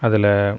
அதில்